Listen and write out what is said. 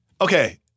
Okay